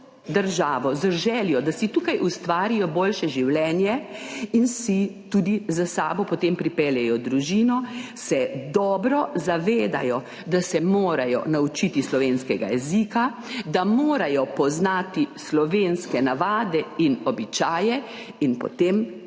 državo z željo, da si tukaj ustvarijo boljše življenje, in si tudi za sabo potem pripeljejo družino, se dobro zavedajo, da se morajo naučiti slovenskega jezika, da morajo poznati slovenske navade in običaje in potem